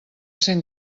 cent